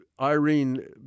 Irene